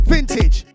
Vintage